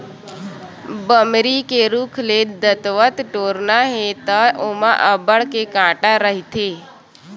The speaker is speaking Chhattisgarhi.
बमरी के रूख ले दतवत टोरना हे त ओमा अब्बड़ के कांटा रहिथे